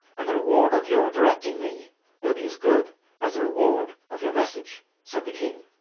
and the reward of your directing me will be as good as the reward of your message, said the king.